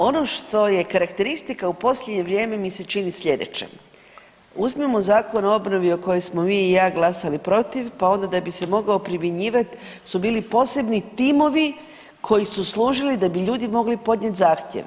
Ono što je karakteristika u posljednje vrijeme mi se čini sljedeće, uzmimo Zakon o obnovi o kojoj smo vi i ja glasali protiv pa onda da bi se mogao primjenjivat su bili posebni timovi koji su služili da bi ljudi mogli podnijet zahtjev.